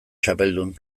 txapeldun